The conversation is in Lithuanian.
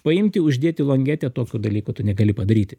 paimti uždėti longetę tokių dalykų tu negali padaryti